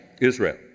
Israel